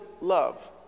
love